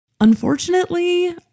Unfortunately